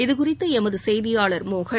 இதுகுறித்து எமது செய்தியாளர் மோகன்